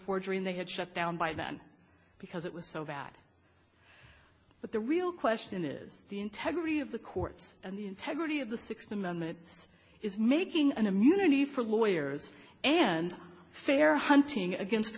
forgery and they had shut down by then because it was so bad but the real question is the integrity of the courts and the integrity of the sixth amendment is making an immunity for lawyers and fair hunting against